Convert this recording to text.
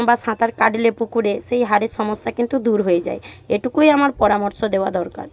বা সাঁতার কাটলে পুকুরে সেই হাড়ের সমস্যা কিন্তু দূর হয়ে যায় এটুকুই আমার পরামর্শ দেওয়া দরকার